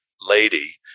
lady